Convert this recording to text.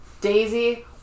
Daisy